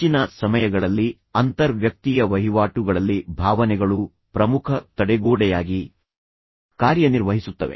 ಹೆಚ್ಚಿನ ಸಮಯಗಳಲ್ಲಿ ಅಂತರ್ವ್ಯಕ್ತೀಯ ವಹಿವಾಟುಗಳಲ್ಲಿ ಭಾವನೆಗಳು ಪ್ರಮುಖ ತಡೆಗೋಡೆಯಾಗಿ ಕಾರ್ಯನಿರ್ವಹಿಸುತ್ತವೆ